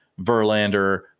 Verlander